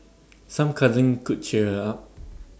some cuddling could cheer her up